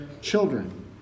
children